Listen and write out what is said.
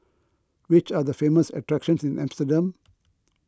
which are the famous attractions in Amsterdam